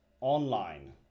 online